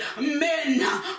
men